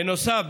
בנוסף,